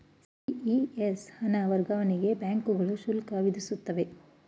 CES ಹಣ ವರ್ಗಾವಣೆಗೆ ಬ್ಯಾಂಕುಗಳು ಶುಲ್ಕ ವಿಧಿಸುತ್ತವೆ